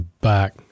back